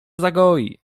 zagoi